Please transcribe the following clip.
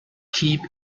keep